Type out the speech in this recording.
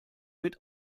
mit